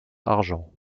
argent